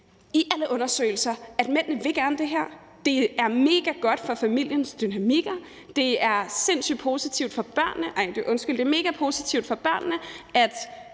i alle undersøgelser, at mændene gerne vil det her. Det er megagodt for familiernes dynamikker, og det er megapositivt for børnene